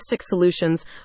solutions